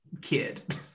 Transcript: kid